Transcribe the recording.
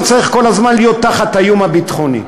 ולא צריך כל הזמן להיות תחת האיום הביטחוני.